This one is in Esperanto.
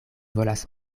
volas